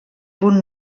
punt